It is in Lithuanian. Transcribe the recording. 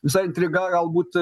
visa intriga galbūt